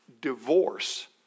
divorce